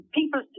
people